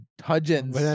Hudgens